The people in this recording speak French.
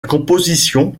composition